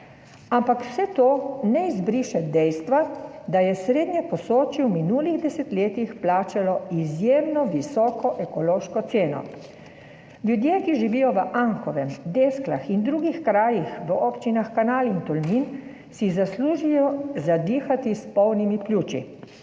Ampak vse to ne izbriše dejstva, da je srednje Posočje v minulih desetletjih plačalo izjemno visoko ekološko ceno. Ljudje, ki živijo v Anhovem, Desklah in drugih krajih v občinah Kanal in Tolmin, si zaslužijo zadihati s polnimi pljuči.